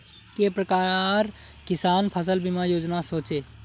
के प्रकार किसान फसल बीमा योजना सोचें?